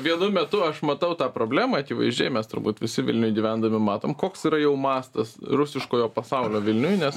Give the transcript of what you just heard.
vienu metu aš matau tą problemą akivaizdžiai mes turbūt visi vilniuj gyvendami matom koks yra jau mastas rusiškojo pasaulio vilniuj nes